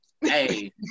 Hey